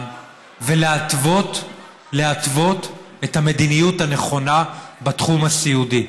ולהתוות את המדיניות הנכונה בתחום הסיעודי.